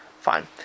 Fine